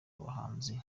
bahanzi